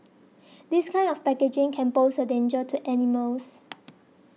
this kind of packaging can pose a danger to animals